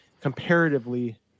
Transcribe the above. comparatively